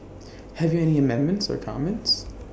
have you any amendments or comments